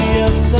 yes